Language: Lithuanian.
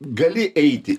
gali eiti